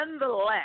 Nonetheless